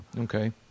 Okay